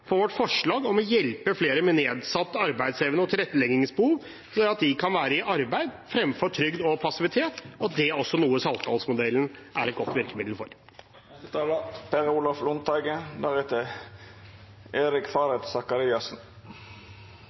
for vårt forslag om å hjelpe flere med nedsatt arbeidsevne og tilretteleggingsbehov, slik at de kan være i arbeid fremfor trygd og passivitet. Og det er noe Saltdalsmodellen er et godt hjelpemiddel for.